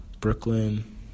Brooklyn